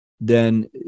then-